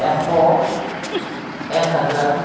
এশ এক হাজাৰ